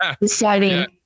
deciding